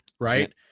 right